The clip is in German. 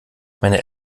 meine